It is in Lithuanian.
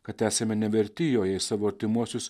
kad esame neverti jo jei savo artimuosius